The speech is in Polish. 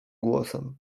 głosem